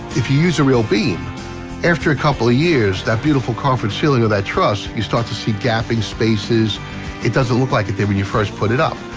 if you use a real beam after a couple years that beautiful conference feeling or that truss, you start to see gapping spaces it doesn't look like it did when you first put it up.